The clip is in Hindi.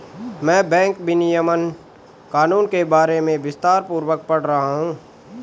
मैं बैंक विनियमन कानून के बारे में विस्तारपूर्वक पढ़ रहा हूं